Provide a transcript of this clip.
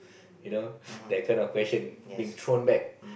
you know that kind of question being thrown back